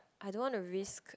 I don't want to risk